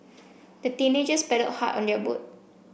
the teenagers paddled hard on their boat